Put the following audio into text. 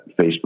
Facebook